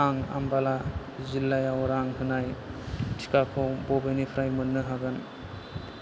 आं आमबाला जिल्लायाव रां होनाय टिकाखौ बबेनिफ्राय मोन्नो हागोन